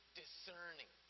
discerning